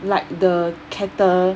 like the cattle